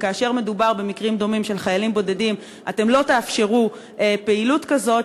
וכאשר מדובר במקרים דומים של חיילים בודדים אתם לא תאפשרו פעילות כזאת,